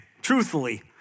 Truthfully